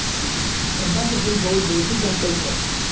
चंपा के फूल बहुत बेशी गमकै छइ